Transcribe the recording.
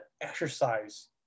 exercise